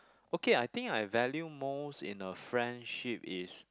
okay I think I value most in a friendship is